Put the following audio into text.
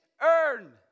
earn